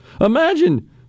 Imagine